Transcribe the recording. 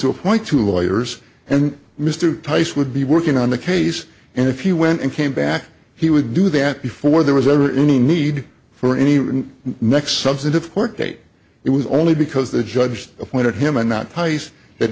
to appoint two lawyers and mr tice would be working on the case and if you went and came back he would do that before there was ever any need for any next substantive court date it was only because the judge appointed him and not